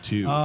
Two